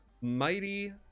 mighty